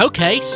Okay